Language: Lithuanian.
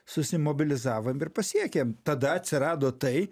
susimobilizavom ir pasiekėm tada atsirado tai